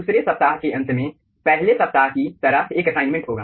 दूसरे सप्ताह के अंत में पहले सप्ताह की तरह एक असाइनमेंट होगा